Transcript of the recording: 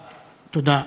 תודה.